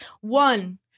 one